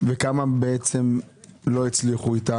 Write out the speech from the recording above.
וכמה לא הצליחו איתם?